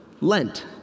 Lent